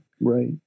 Right